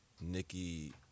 Nikki